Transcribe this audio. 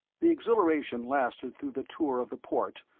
the exhilaration lasted through the tour of the port,